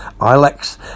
Ilex